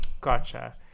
gotcha